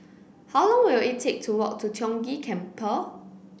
how long will it take to walk to Tiong Ghee Temple